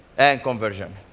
and conversion.